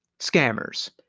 Scammers